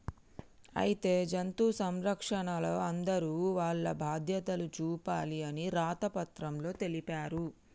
అయితే జంతు సంరక్షణలో అందరూ వాల్ల బాధ్యతలు చూపాలి అని రాత పత్రంలో తెలిపారు